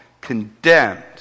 condemned